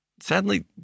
Sadly